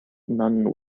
none